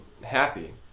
happy